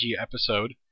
episode